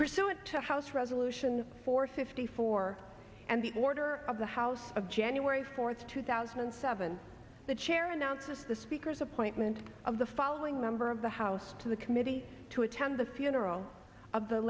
pursuant to house resolution four sixty four and the order of the house of january fourth two thousand and seven the chair announces the speaker's appointment of the following member of the house to the committee to attend the funeral of the